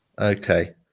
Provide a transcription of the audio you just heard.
Okay